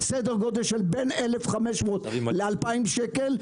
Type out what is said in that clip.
סדר גודל של בין 1.500 ל-2,000 שקל,